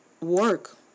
work